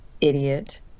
Idiot